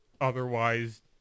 otherwise